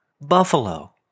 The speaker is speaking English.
Buffalo